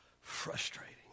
frustrating